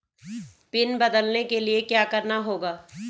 Pin बदलने के लिए क्या करना होगा?